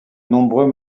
nombreux